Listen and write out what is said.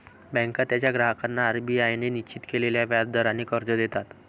बँका त्यांच्या ग्राहकांना आर.बी.आय ने निश्चित केलेल्या व्याज दराने कर्ज देतात